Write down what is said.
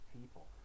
people